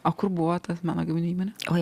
o kur buvo tas meno gaminių įmonė oi